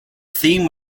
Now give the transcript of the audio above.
theme